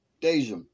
Deja